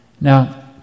Now